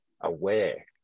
aware